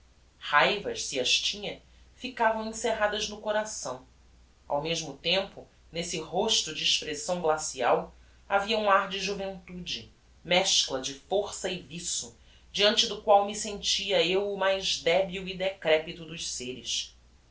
raivas se as tinha ficavam encerradas no coração ao mesmo tempo nesse rosto de expressão glacial havia um ar de juventude mescla de força e viço diante do qual me sentia eu o mais debil e descrepito dos seres